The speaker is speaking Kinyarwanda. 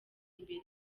imbere